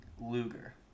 Luger